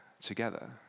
together